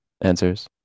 answers